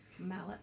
mallet